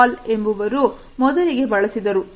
Hall ಎಂಬುವರು ಮೊದಲಿಗೆ ಬಳಸಿದರು